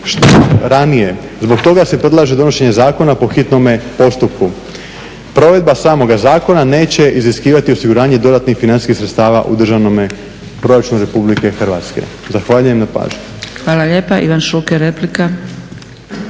što ranije. Zbog toga se predlaže donošenje zakona po hitnome postupku. Provedba samoga zakona neće iziskivati osiguranje dodatnih financijskih sredstava u državnome proračunu Republike Hrvatske. Zahvaljujem na pažnji. **Zgrebec, Dragica